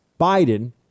Biden